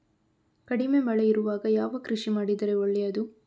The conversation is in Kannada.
ಕಡಿಮೆ ಮಳೆ ಇರುವಾಗ ಯಾವ ಕೃಷಿ ಮಾಡಿದರೆ ಒಳ್ಳೆಯದು?